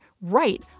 right